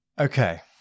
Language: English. Okay